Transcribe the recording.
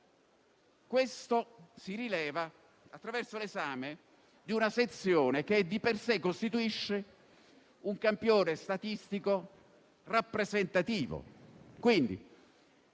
Questo si rileva attraverso l'esame di una sezione che di per sé costituisce un campione statistico rappresentativo.